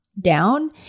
down